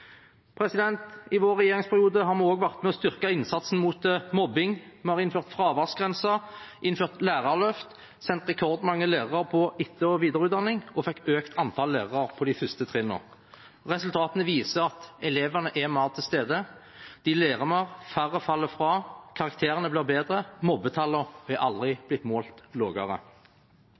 I vår regjeringsperiode har vi også vært med og styrket innsatsen mot mobbing, vi har innført fraværsgrense, innført lærerløft, sendt rekordmange lærere på etter- og videreutdanning og økt antall lærere på de første trinnene. Resultatene viser at elevene er mer til stede, de lærer mer, færre faller fra, karakterene blir bedre, og mobbetallene er aldri blitt målt